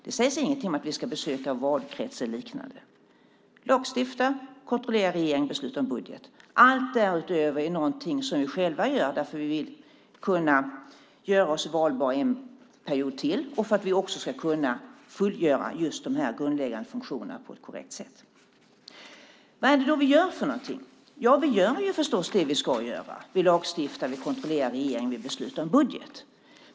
Det sägs ingenting om att vi ska besöka valkretsar och liknande. Lagstifta, kontrollera regeringen och besluta om budget - allt därutöver är någonting som vi själva gör därför att vi vill göra oss valbara en period till och ska kunna fullgöra just de grundläggande funktionerna på ett korrekt sätt. Vad gör vi då? Ja, vi gör förstås det vi ska göra: Vi lagstiftar, vi kontrollerar regeringen och vi beslutar om budget.